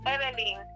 Evelyn